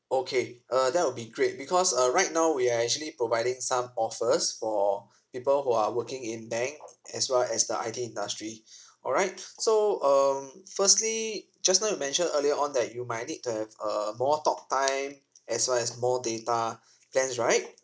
okay uh that will be great because uh right now we are actually providing some offers for people who are working in bank as well as the I_T industry all right so um firstly just now you mentioned earlier on that you might need to have uh more talktime as well as more data plans right